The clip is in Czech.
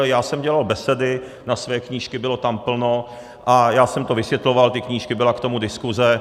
Já jsem dělal besedy na své knížky, bylo tam plno, a já jsem to vysvětloval, ty knížky, byla k tomu diskuze.